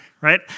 right